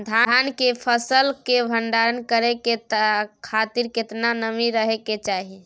धान की फसल के भंडार करै के खातिर केतना नमी रहै के चाही?